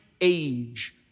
age